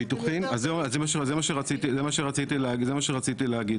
זה מה שרציתי להגיד